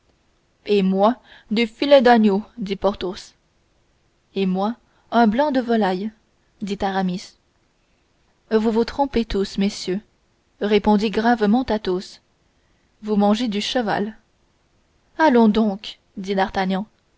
et moi des filets d'agneau dit porthos et moi un blanc de volaille dit aramis vous vous trompez tous messieurs répondit athos vous mangez du cheval allons donc dit